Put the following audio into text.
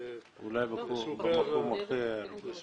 זה סופר רגישות.